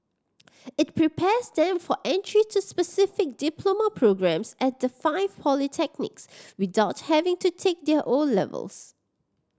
it prepares them for entry to specific diploma programmes at the five polytechnics without having to take their O levels